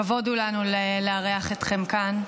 כבוד הוא לנו לארח אתכם כאן.